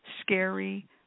scary